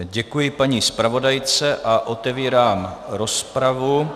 Děkuji paní zpravodajce a otevírám rozpravu.